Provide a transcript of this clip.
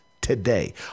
today